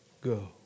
go